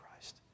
Christ